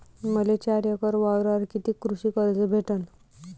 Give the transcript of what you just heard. मले चार एकर वावरावर कितीक कृषी कर्ज भेटन?